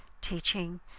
teaching